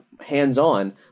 hands-on